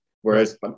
Whereas